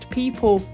people